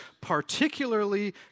particularly